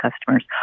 customers